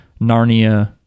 narnia